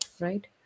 right